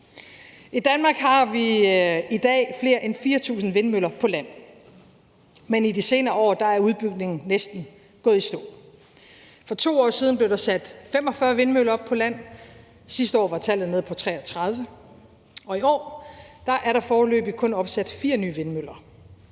I Danmark har vi i dag flere end 4.000 vindmøller på land, men i de senere år er udbygningen næsten gået i stå. For 2 år siden blev der sat 45 vindmøller op på land, sidste år var tallet nede på 33, og i år er der foreløbig kun opsat 4 nye vindmøller.